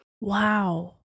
Wow